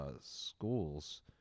schools